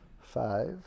Five